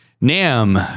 nam